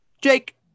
Jake